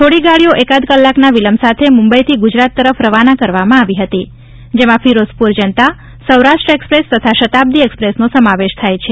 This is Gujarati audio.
થોડી ગાડીઓ એકાદ કલાકના વિલંબ સાથે મુંબઇથી ગુજરાત તરફ રવાના કરવામાં આવી હતી જેમાં ફિરોઝપુર જનતા સૌરાષ્ટ્ર એક્સપ્રેસ તથા શતાબ્દિ એક્સપ્રેસનો સમાવેશ થાય છે